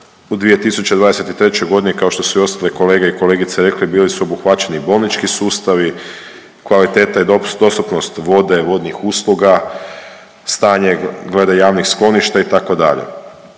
u 2023.g. kao što su i ostale kolege i kolegice rekli bili su obuhvaćeni bolnički sustavi, kvaliteta i dostupnost vode i vodnih usluga, stanje glede javnih skloništa itd..